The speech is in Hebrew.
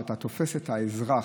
שאתה תופס את האזרח,